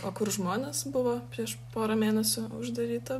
o kur žmonės buvo prieš porą mėnesių uždaryta